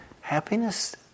happiness